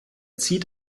zieht